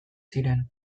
ziren